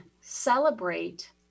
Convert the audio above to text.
celebrate